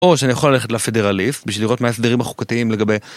או שאני יכול ללכת ל-Federalist בשביל לראות מה ההסדרים החוקתיים לגבי...